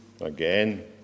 again